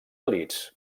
elits